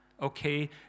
okay